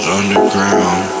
underground